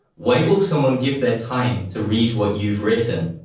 why will someone give their time to read what you've written?